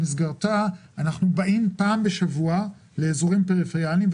במסגרתה אנחנו באים פעם בשבוע לאזורים פריפריאליים.